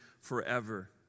forever